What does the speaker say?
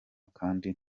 kandi